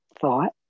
thought